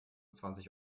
zwanzig